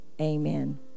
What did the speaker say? Amen